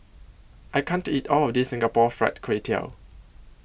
I can't eat All of This Singapore Fried Kway Tiao